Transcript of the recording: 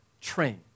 Train